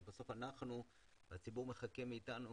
אבל בסוף הציבור מצפה מאתנו